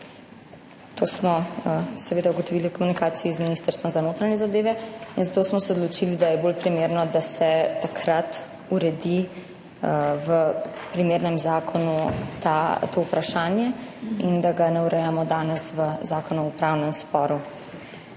To smo seveda ugotovili v komunikaciji z Ministrstvom za notranje zadeve. In zato smo se odločili, da je bolj primerno, da se takrat uredi v primernem zakonu to vprašanje in da ga ne urejamo danes v zakonu o upravnem sporu.